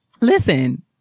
listen